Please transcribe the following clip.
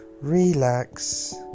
relax